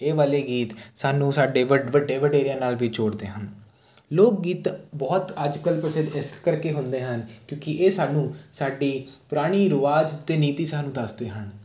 ਇਹ ਵਾਲੇ ਗੀਤ ਸਾਨੂੰ ਸਾਡੇ ਵਡ ਵੱਡੇ ਵਡੇਰਿਆਂ ਨਾਲ ਵੀ ਜੋੜਦੇ ਹਨ ਲੋਕ ਗੀਤ ਬਹੁਤ ਅੱਜ ਕੱਲ ਪ੍ਰਸਿੱਧ ਇਸ ਕਰਕੇ ਹੁੰਦੇ ਹਨ ਕਿਉਂਕਿ ਇਹ ਸਾਨੂੰ ਸਾਡੀ ਪੁਰਾਣੀ ਰਿਵਾਜ਼ ਅਤੇ ਨੀਤੀ ਸਾਨੂੰ ਦੱਸਦੇ ਹਨ